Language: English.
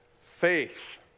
faith